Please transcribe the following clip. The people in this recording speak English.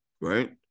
Right